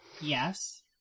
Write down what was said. Yes